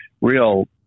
real